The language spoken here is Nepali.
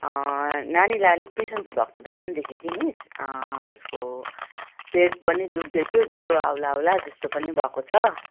नानीलाई अलिक बिसन्चो भएको थियो बिहानदेखि कि मिस अँ उसको पेट पनि दुख्दै थियो ज्वरो आउँला आउँला जस्तो पनि भएको छ